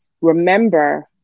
remember